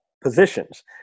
positions